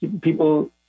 People